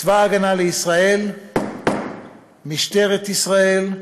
צבא ההגנה לישראל, משטרת ישראל,